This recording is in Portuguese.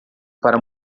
para